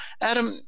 Adam